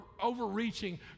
overreaching